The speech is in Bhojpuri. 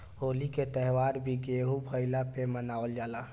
होली के त्यौहार भी गेंहू भईला पे मनावल जाला